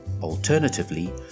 Alternatively